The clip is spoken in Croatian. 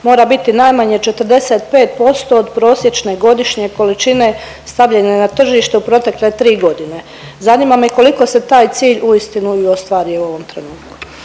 mora biti najmanje 45% od prosječne godišnje količine stavljanja na tržište u protekle 3 godine. Zanima me koliko se taj cilj uistinu i ostvario u ovom trenutku?